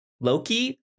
Loki